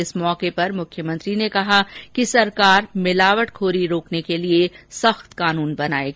इस मौके पर मुख्यमंत्री ने कहा कि सरकार मिलावटखोरी रोकने के लिए सख्त कानून बनायेगी